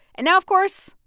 and now, of course,